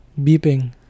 beeping